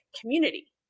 community